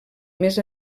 més